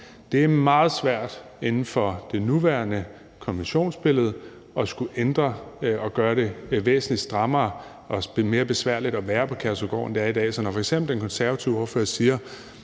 Det er meget svært inden for det nuværende konventionsbillede at skulle ændre det og gøre det væsentlig strammere og også gøre det mere besværligt at være på Kærshovedgård, end det er i dag. Så når f.eks. den konservative ordfører siger,